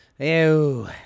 Ew